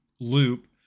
loop